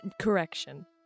Correction